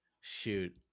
Shoot